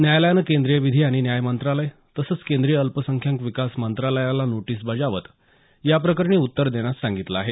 न्यायालयानं केंद्रीय विधी आणि न्याय मंत्रालय तसंच केंद्रीय अल्पसंख्याक विकास मंत्रालयाला नोटीस बजावत या प्रकरणी उत्तर देण्यास सांगितलं आहे